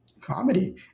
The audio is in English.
comedy